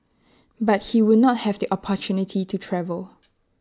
but he would not have the opportunity to travel